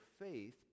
faith